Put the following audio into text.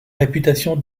réputation